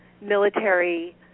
military